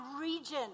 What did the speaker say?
region